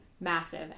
massive